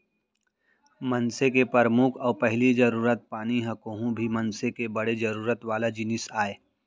मनसे के परमुख अउ पहिली जरूरत पानी ह कोहूं भी मनसे के बड़े जरूरत वाला जिनिस आय